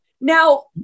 Now